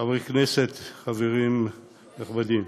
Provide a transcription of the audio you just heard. חברי הכנסת, חברים נכבדים,